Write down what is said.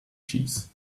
cheese